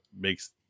makes